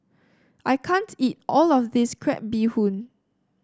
I can't eat all of this Crab Bee Hoon